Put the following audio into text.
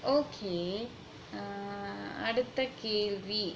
okay err அடுத்த கேள்வி:aduththa kelvi